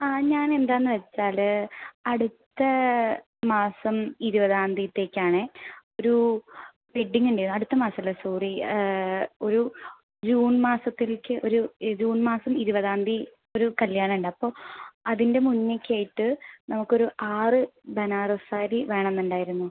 ആ ഞാൻ എന്താന്ന് വെച്ചാൽ അടുത്ത മാസം ഇരുപതാംതീത്തേക്കാണേ ഒരു വെഡ്ഡിംങ്ണ്ട് അടുത്ത മാസം അല്ല സോറി ഒരു ജൂൺ മാസത്തിലേക്ക് ഒരു ജൂൺ മാസം ഇരുപതാംതീ ഒരു കല്ല്യാണം ഉണ്ടപ്പോൾ അതിൻ്റെ മുന്നേക്കായിട്ട് നമുക്കൊരു ആറ് ബനാറസ് സാരി വേണമെന്നുണ്ടായിരുന്നു